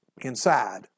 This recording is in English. inside